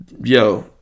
Yo